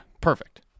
perfect